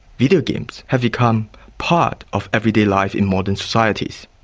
videogames have become part of everyday life in modern societies.